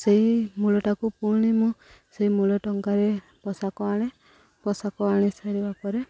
ସେଇ ମୂଳଟାକୁ ପୁଣି ମୁଁ ସେଇ ମୂଳ ଟଙ୍କାରେ ପୋଷାକ ଆଣେ ପୋଷାକ ଆଣି ସାରିବା ପରେ